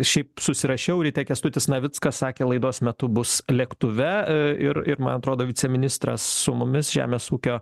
šiaip susirašiau ryte kęstutis navickas sakė laidos metu bus lėktuve e ir ir man atrodo viceministras su mumis žemės ūkio